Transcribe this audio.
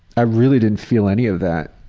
i really didn't feel any of that,